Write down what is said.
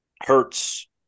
hurts